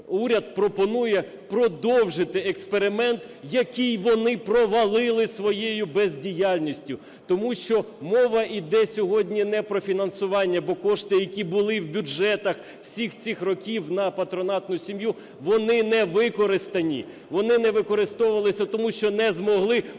уряд пропонує продовжити експеримент, який вони провалили своєю бездіяльністю, тому що мова іде сьогодні не про фінансування. Бо кошти, які були в бюджетах всіх цих років на патронатну сім'ю, вони не використані, вони не використовувалися, тому що не змогли організувати